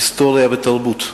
היסטוריה ותרבות.